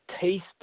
taste